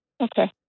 Okay